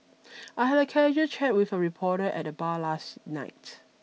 I had a casual chat with a reporter at the bar last night